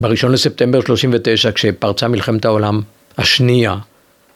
בראשון לספטמבר שלושים ותשע כשפרצה מלחמת העולם השנייה.